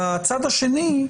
מהצד השני,